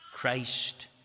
Christ